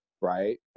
right